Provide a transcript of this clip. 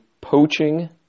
Poaching